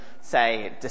say